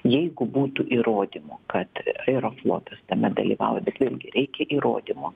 jeigu būtų įrodymų kad airoflotas tame dalyvauja bet vėlgi reikia įrodymo